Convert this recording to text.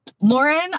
Lauren